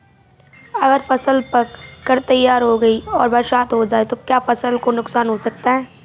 अगर फसल पक कर तैयार हो गई है और बरसात हो जाए तो क्या फसल को नुकसान हो सकता है?